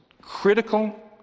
critical